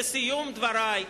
לסיום דברי,